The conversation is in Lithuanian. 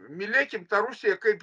mylėkim tą rusiją kaip